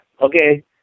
Okay